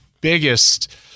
biggest